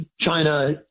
China